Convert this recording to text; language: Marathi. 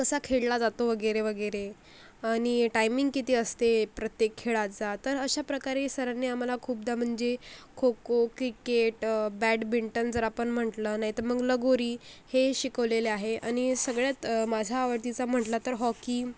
कसा खेळला जातो वगैरे वगैरे आणि टायमिंग किती असते प्रत्येक खेळाचा तर अशाप्रकारे सरांनी आम्हाला खूपदा म्हणजे खो खो क्रिकेट बॅडबिंटन जर आपण म्हटलं नाही तर मग लगोरी हे शिकवलेले आहे आणि सगळ्यात माझा आवडतीचा म्हटला तर हॉकी